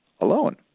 alone